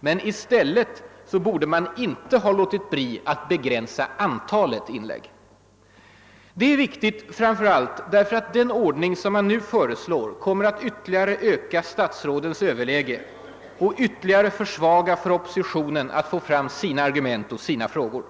medan man i stället borde ha låtit bli att begränsa antalet inlägg. Detta är viktigt framför allt därför att den ordning som nu föreslås kommer att öka statsrådens överläge och ytterligare försvaga möjligheterna för oppositionen att föra fram sina argument och frågor.